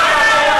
נעבור לנושא הבא.